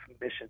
mission